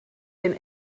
den